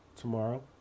tomorrow